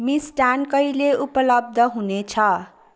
मिष्टान कहिले उपलब्ध हुनेछ